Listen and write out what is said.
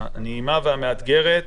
הנעימה והמאתגרת.